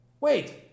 Wait